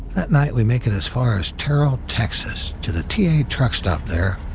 that night we make it as far as terrel, texas, to the ta truck stop there,